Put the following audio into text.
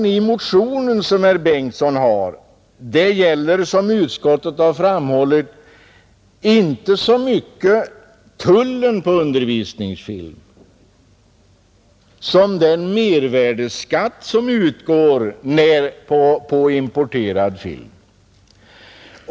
Som utskottet framhållit gäller herr Bengtsons motion inte så mycket tullen på sådan film utan i stället den mervärdeskatt som utgår på importerad film.